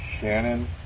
Shannon